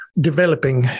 developing